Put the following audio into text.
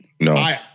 No